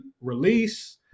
release